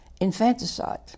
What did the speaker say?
infanticide